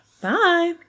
Bye